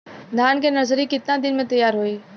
धान के नर्सरी कितना दिन में तैयार होई?